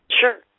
Sure